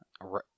Right